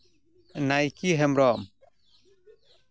ᱱᱟᱭᱠᱮ ᱦᱮᱢᱵᱽᱨᱚᱢ